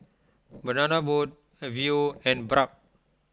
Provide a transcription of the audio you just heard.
Banana Boat Viu and Bragg